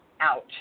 Ouch